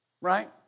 Right